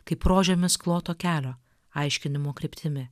kaip rožėmis kloto kelio aiškinimo kryptimi